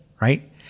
right